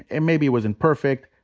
it maybe wasn't perfect,